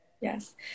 yes